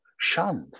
shunned